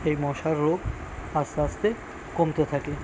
এই মশার রোগ আস্তে আস্তে কমতে থাকে